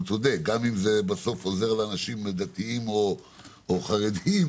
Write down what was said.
גם אם זה עוזר לאנשים הדתיים או החרדים.